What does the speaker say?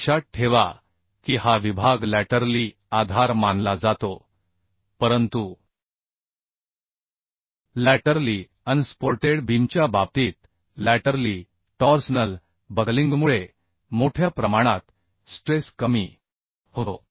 लक्षात ठेवा की हा विभाग लॅटरली आधार मानला जातो परंतु लॅटरली अनसपोर्टेड बीमच्या बाबतीत लॅटरली टॉर्सनल बकलिंगमुळे मोठ्या प्रमाणात स्ट्रेस कमी होतो